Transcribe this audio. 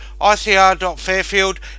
icr.fairfield